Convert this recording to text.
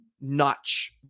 notch